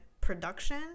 production